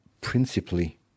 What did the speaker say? principally